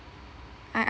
I ask